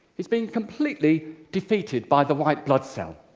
he's been completely defeated by the white blood cell.